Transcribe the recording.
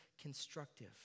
constructive